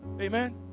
Amen